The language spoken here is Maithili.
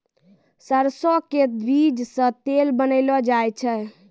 सरसों के बीज सॅ तेल बनैलो जाय छै